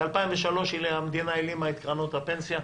ב-2003 המדינה הלאימה את קרנות הפנסיה.